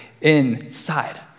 inside